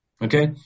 Okay